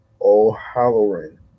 O'Halloran